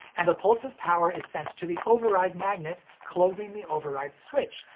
and a pulse of power is sent to the override magnet, closing the override switch,